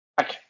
Okay